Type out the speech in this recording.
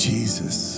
Jesus